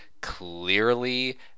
clearly